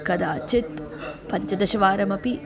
कदाचित् पञ्चदशवारमपि